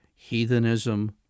heathenism